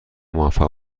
موفق